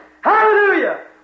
Hallelujah